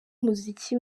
umuziki